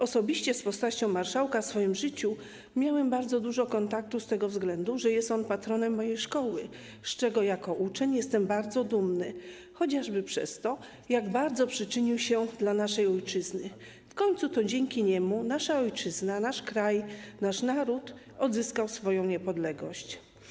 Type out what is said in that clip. Osobiście z postacią marszałka, w swoim życiu, miałem bardzo dużo kontaktu z tego względu, że jest on patronem mojej szkoły, z czego jako uczeń jestem bardzo dumny chociażby przez to, jak bardzo przyczynił się dla naszej ojczyzny, w końcu to dzięki niemu nasza ojczyzna, nasz kraj, nasz naród odzyskał swoją niepodległość.